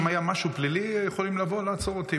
אם היה משהו פלילי, יכולים לבוא ולעצור אותי.